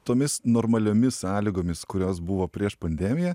tomis normaliomis sąlygomis kurios buvo prieš pandemiją